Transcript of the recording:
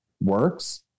works